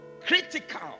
critical